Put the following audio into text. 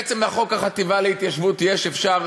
בעצם לחוק החטיבה להתיישבות יש, אפשר